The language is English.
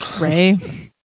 Ray